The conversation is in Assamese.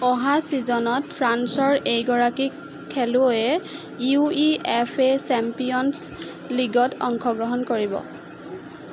অহা ছিজনত ফ্ৰান্সৰ এইগৰাকী খেলুৱৈয়ে U E F A champions লীগত অংশগ্ৰহণ কৰিব